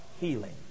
healing